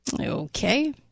Okay